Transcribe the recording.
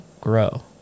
grow